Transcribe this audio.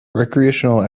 recreational